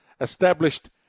established